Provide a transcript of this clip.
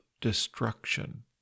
destruction